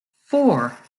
four